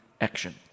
action